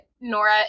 Nora